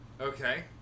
Okay